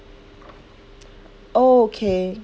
oh okay